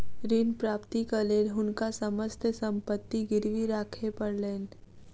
ऋण प्राप्तिक लेल हुनका समस्त संपत्ति गिरवी राखय पड़लैन